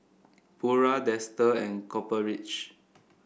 Pura Dester and Copper Ridge